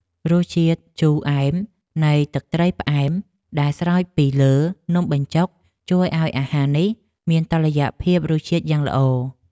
រសជាតិជូរអែមនៃទឹកត្រីផ្អែមដែលស្រោចពីលើនំបញ្ចុកជួយឱ្យអាហារនេះមានតុល្យភាពរសជាតិយ៉ាងល្អ។